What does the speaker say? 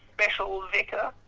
special vicar?